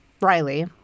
Riley